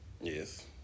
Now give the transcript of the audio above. Yes